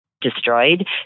destroyed